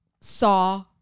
saw